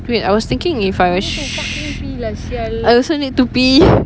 wait I was thinking if I sh~ I also need to pee